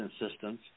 insistence